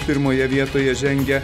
pirmoje vietoje žengia